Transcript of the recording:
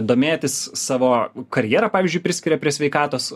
domėtis savo karjera pavyzdžiui priskiria prie sveikatos